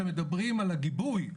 שמדברים על הגיבוי,